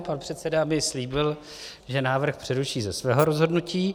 Pan předseda mi slíbil, že návrh přeruší ze svého rozhodnutí.